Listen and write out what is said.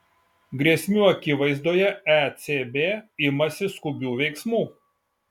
grėsmių akivaizdoje ecb imasi skubių veiksmų